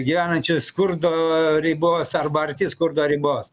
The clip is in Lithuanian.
gyvenančių skurdo ribos arba arti skurdo ribos